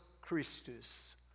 Christus